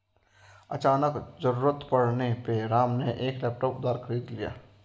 अचानक ज़रूरत पड़ने पे राम ने एक लैपटॉप उधार खरीद लिया